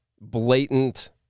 blatant